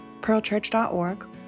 pearlchurch.org